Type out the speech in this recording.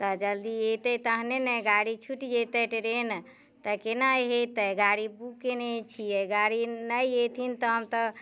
तऽ जल्दी एतैक तहने ने गाड़ी छूटि जेतै ट्रेन तऽ केना होयतै गाड़ी बुक कयने छियै गाड़ी नहि एथिन तहन तऽ